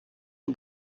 une